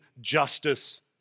justice